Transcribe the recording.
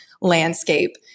landscape